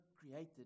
created